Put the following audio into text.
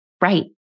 right